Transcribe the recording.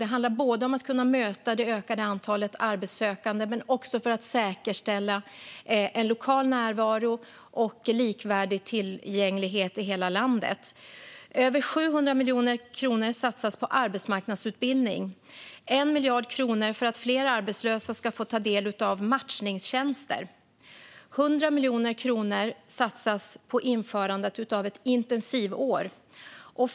Det handlar både om att kunna möta det ökade antalet arbetssökande och om att säkerställa en lokal närvaro och likvärdig tillgänglighet i hela landet. Över 700 miljoner kronor satsas på arbetsmarknadsutbildning. 1 miljard kronor satsas för att fler arbetslösa ska få ta del av matchningstjänster. 100 miljoner kronor satsas på införandet av ett intensivår.